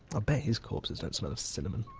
bet his corpses don't smell of cinnamon.